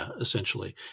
essentially